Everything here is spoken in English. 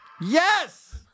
Yes